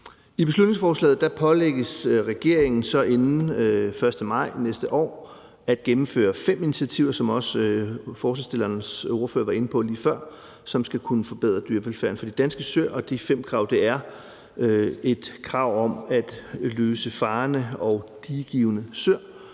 I beslutningsforslaget pålægges regeringen så inden den 1. maj næste år at gennemføre fem initiativer, som ordføreren for forslagsstillerne også var inde på lige før, der skal kunne forbedre dyrevelfærden for de danske søer, og de fem krav er: et krav om at løse farende og diegivende søer,